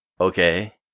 okay